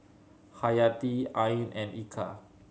Hayati Ain and Eka